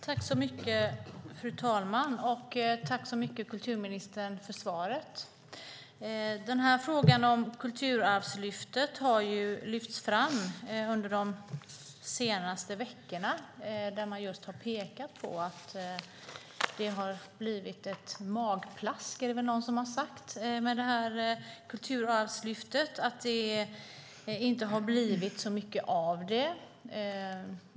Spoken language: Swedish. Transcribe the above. Fru talman! Tack så mycket för svaret, kulturministern. Frågan om Kulturarvslyftet har lyfts fram under de senaste veckorna. Det är någon som har sagt att Kulturarvslyftet har blivit ett magplask. Det har inte blivit så mycket av det.